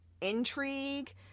intrigue